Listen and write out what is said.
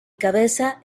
cabeza